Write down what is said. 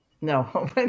No